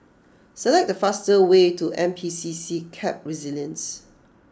select the fastest way to N P C C Camp Resilience